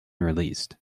released